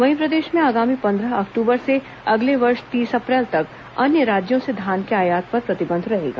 वहीं प्रदेश में आगामी पंद्रह अक्टूबर से अगले वर्ष तीस अप्रैल तक अन्य राज्यों से धान के आयात पर प्रतिबंध रहेगा